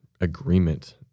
agreement